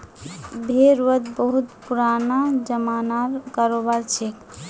भेड़ वध बहुत पुराना ज़मानार करोबार छिके